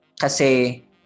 Kasi